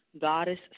Goddess